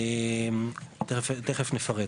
תכף נפרט.